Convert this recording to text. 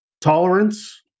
tolerance